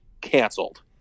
canceled